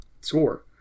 score